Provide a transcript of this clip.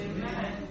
Amen